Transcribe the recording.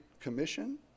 Commission